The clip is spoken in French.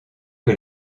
que